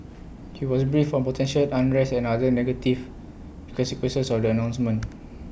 he was briefed on potential unrest and other negative consequences of the announcement